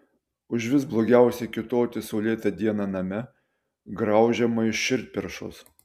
užvis blogiausia kiūtoti saulėtą dieną name graužiamai širdperšos